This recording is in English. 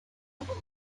after